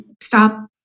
stop